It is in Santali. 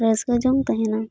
ᱨᱟᱹᱥᱠᱟᱹ ᱡᱚᱝ ᱛᱟᱦᱮᱸᱱᱟ